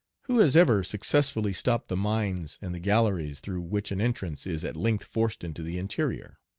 who has ever successfully stopped the mines and the galleries through which an entrance is at length forced into the interior?